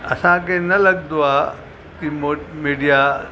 असांखे न लॻंदो आहे कि मो मीडिया